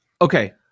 Okay